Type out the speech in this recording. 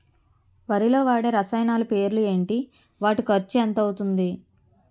వరిలో వాడే రసాయనాలు పేర్లు ఏంటి? వాటి ఖర్చు ఎంత అవతుంది?